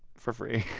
for free